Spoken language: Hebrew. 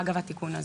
אגב התיקון הזה.